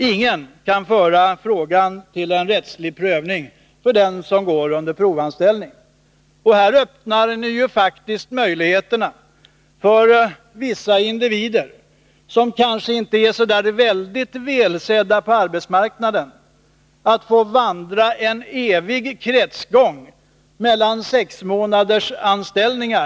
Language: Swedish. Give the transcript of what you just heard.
Den som är provanställd har alltså inte möjlighet till rättslig prövning vid uppsägning. Här åstadkommer ni att individer, som kanske inte är så välsedda på arbetsmarknaden, får vandra en evig kretsgång mellan sexmånadersanställningar.